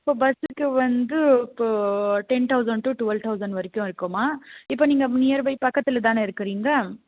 இப்போ பஸ்க்கு வந்து இப்போ ten thousand to twelve thousand வரைக்கும் இருக்கும்மா இப்போ நீங்கள் நியர்பை பக்கத்தில்தான இருக்குறிங்க